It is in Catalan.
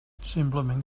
simplement